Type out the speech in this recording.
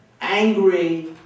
angry